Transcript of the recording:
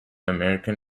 american